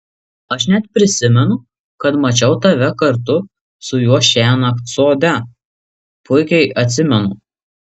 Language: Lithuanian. aš net prisimenu kad mačiau tave kartu su juo šiąnakt sode puikiai atsimenu